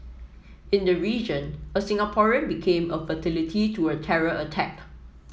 in the region a Singaporean became a fatality to a terror attack